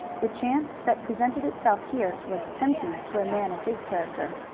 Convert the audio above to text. the chance that presented itself here was tempting to a man of his character.